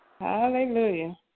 Hallelujah